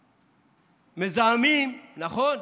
מזהמים, נכון?